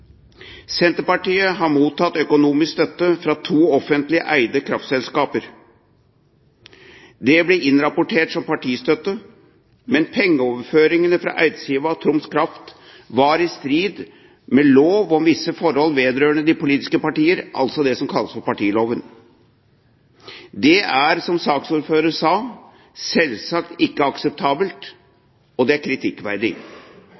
Senterpartiet har mottatt økonomisk støtte fra to offentlig eide kraftselskaper. Den ble innrapportert som partistøtte, men pengeoverføringene fra Eidsiva Energi og Troms Kraft var i strid med lov om visse forhold vedrørende de politiske partier – altså det som kalles for partiloven. Det er, som saksordføreren sa, selvsagt ikke